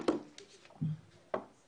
בבקשה.